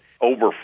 over